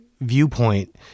viewpoint